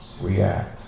react